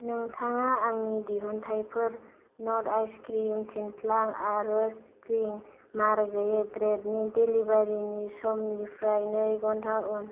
नोंथाङा आंनि दिहुनथाइफोर नट' आइस क्रिम थिनथ्लां आरो स्प्रिं मार गैयै ब्रेडनि डेलिबारिनि समनिफ्राय नै घन्टा उन